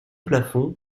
plafond